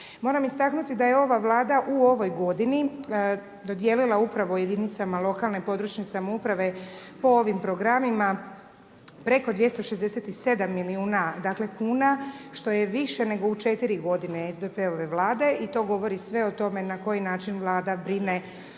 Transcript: Moram istaknuti da je ova Vlada u ovoj godini dodijelila upravo jedinicama lokalne i područne samouprave po ovim programima, preko 267 milijuna dakle kuna, što je više nego u 4 godine SDP-ove Vlade, i to govori sve o tome na koji način Vlada brine o